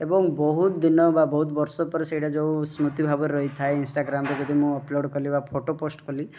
ଏବଂ ବହୁତ ଦିନ ବା ବହୁତ ବର୍ଷ ପରେ ସେଇଟା ଯେଉଁ ସ୍ମୃତି ଭାବରେ ରହିଥାଏ ଇନଷ୍ଟାଗ୍ରାମରେ ଯଦି ମୁଁ ଅପଲୋଡ଼ କଲି ବା ଫଟୋ ପୋଷ୍ଟ କଲି